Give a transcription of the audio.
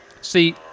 See